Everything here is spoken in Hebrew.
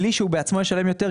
בלי שהוא בעצמו ישלם יותר,